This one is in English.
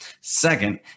second